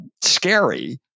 scary